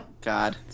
god